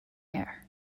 air